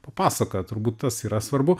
papasakoja turbūt tas yra svarbu